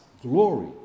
glory